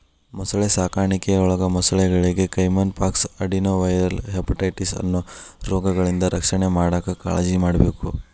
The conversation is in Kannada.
ಮೊಸಳೆ ಸಾಕಾಣಿಕೆಯೊಳಗ ಮೊಸಳೆಗಳಿಗೆ ಕೈಮನ್ ಪಾಕ್ಸ್, ಅಡೆನೊವೈರಲ್ ಹೆಪಟೈಟಿಸ್ ಅನ್ನೋ ರೋಗಗಳಿಂದ ರಕ್ಷಣೆ ಮಾಡಾಕ್ ಕಾಳಜಿಮಾಡ್ಬೇಕ್